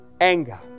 anger